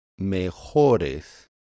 mejores